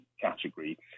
category